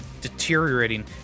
deteriorating